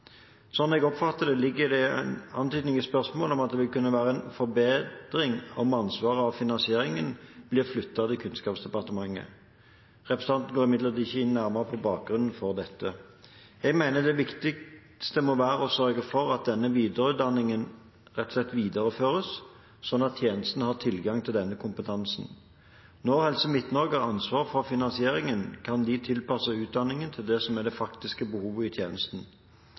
jeg oppfatter det, ligger det en antydning i spørsmålet om at det vil kunne være en forbedring om ansvaret for finansieringen blir flyttet til Kunnskapsdepartementet. Representanten går imidlertid ikke nærmere inn på bakgrunnen for dette. Jeg mener det viktigste må være å sørge for at denne videreutdanningen rett og slett videreføres, slik at tjenesten har tilgang til denne kompetansen. Når Helse Midt-Norge har ansvaret for finansieringen, kan de tilpasse utdanningen til det som er det faktiske behovet i tjenesten.